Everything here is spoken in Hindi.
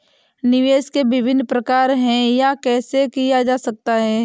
निवेश के विभिन्न प्रकार क्या हैं यह कैसे किया जा सकता है?